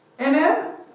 Amen